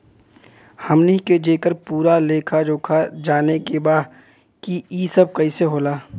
हमनी के जेकर पूरा लेखा जोखा जाने के बा की ई सब कैसे होला?